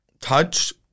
touch